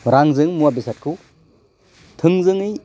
रांजों मुवा बेसादखौ थोंजोङै